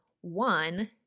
One